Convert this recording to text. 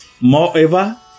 Moreover